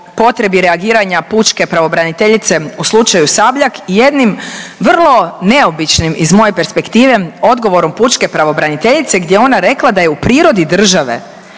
potrebi reagiranja pučke pravobraniteljice u slučaju Sabljak jednim vrlo neobičnim iz moje perspektive odgovorom pučke pravobraniteljice gdje je ona rekla da je u prirodi države